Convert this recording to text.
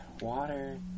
water